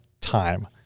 time